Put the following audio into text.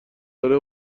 داره